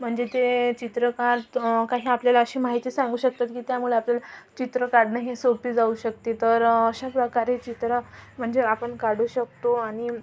म्हणजे ते चित्रकार काही आपल्याला अशी माहिती सांगू शकतात की त्यामुळे आपल्याला चित्र काढणं ही सोपी जाऊ शकते तर अशाप्रकारे चित्रं म्हणजे आपण काढू शकतो आणि